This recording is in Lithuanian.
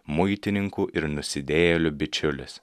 muitininkų ir nusidėjėlių bičiulis